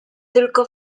tylko